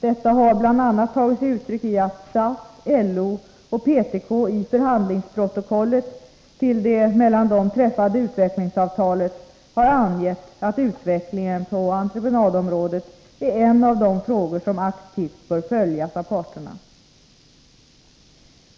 Detta har bl.a. tagit sig uttryck i att SAF, LO och PTK i förhandlingsprotokollet till det mellan dem träffade utvecklingsavtalet har angett att utvecklingen på entreprenadområdet är en av de frågor som aktivt bör följas av parterna.